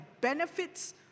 benefits